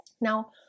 Now